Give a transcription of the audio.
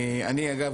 אגב,